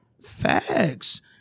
Facts